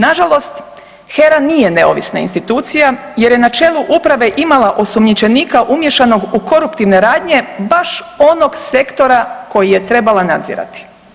Nažalost HERA nije neovisna institucija jer je na čelu uprave imala osumnjičenika umiješanog u koruptivne radnje baš onog sektora koji je trebala nadzirati.